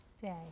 day